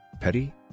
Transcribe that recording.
Petty